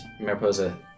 Mariposa